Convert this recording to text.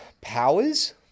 Powers